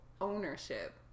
ownership